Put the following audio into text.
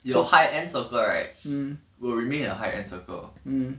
you are high end circle right will remain a height and circle